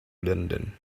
london